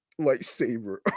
lightsaber